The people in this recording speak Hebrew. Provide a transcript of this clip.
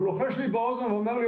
הוא לוחש לי באוזן ואומר לי,